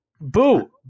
Boo